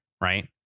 right